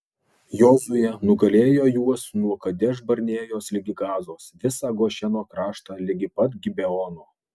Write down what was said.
jozuė nugalėjo juos nuo kadeš barnėjos ligi gazos visą gošeno kraštą ligi pat gibeono